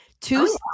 Two